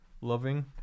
Loving